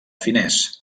finès